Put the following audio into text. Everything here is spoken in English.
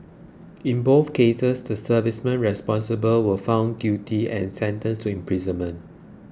in both cases the servicemen responsible were found guilty and sentenced to imprisonment